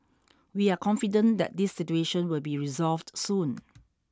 we are confident that this situation will be resolved soon